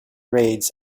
raids